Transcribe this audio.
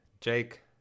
Jake